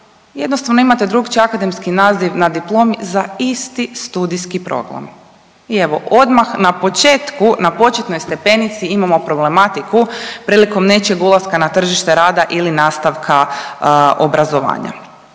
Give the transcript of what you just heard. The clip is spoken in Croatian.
jednostavno imate drukčiji akademski naziv na diplomi za isti studijski program. I evo odmah na početku, na početnoj stepenici imamo problematiku prilikom nečijeg ulaska na tržište rada ili nastavka obrazovanja.